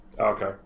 Okay